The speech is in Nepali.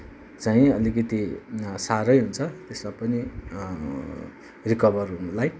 चाहिँ अलिकति साह्रै हुन्छ त्यसमा पनि रिकभर हुनुलाई